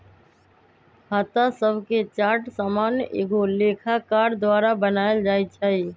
खता शभके चार्ट सामान्य एगो लेखाकार द्वारा बनायल जाइ छइ